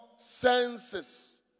Senses